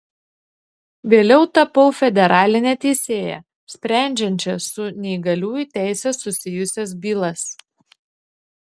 vėliau tapau federaline teisėja sprendžiančia su neįgaliųjų teise susijusias bylas